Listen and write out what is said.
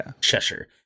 cheshire